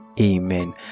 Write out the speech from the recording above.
Amen